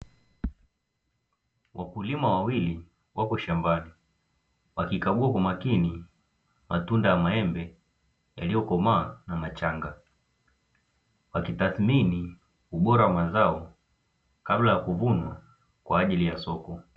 Wakulima wawili wako shambani wakikagua kwa makini matunda ya maembe yaliyo komaa na machanga, wakitathmini ubora wa mazao kabla ya kuvunwa kwa ajili ya soko.